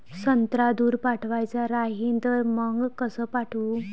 संत्रा दूर पाठवायचा राहिन तर मंग कस पाठवू?